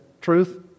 truth